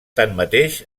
tanmateix